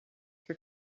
for